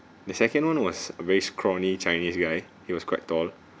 the second [one] was very scrawny chinese guy he was quite tall